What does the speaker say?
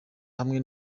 hamwe